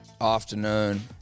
afternoon